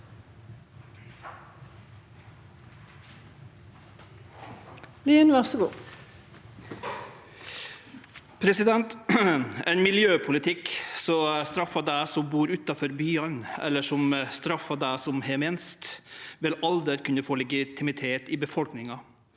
Ein miljøpolitikk som straffar dei som bur utanfor byane, eller som straffar dei som har minst, vil aldri kunne få legitimitet i befolkninga